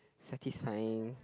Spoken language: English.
satisfying